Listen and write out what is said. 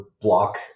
block